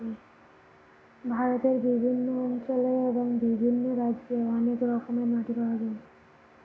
ভারতের বিভিন্ন অঞ্চলে এবং বিভিন্ন রাজ্যে অনেক রকমের মাটি পাওয়া যায়